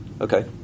Okay